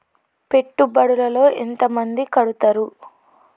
పెట్టుబడుల లో ఎంత మంది కడుతరు?